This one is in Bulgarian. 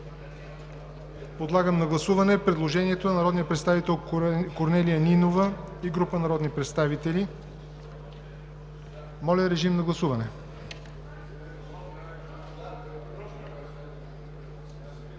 Подлагам на гласуване предложението на народния представител Корнелия Нинова и група народни представители. Гласували